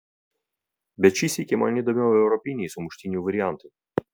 bet šį sykį man įdomiau europiniai sumuštinių variantai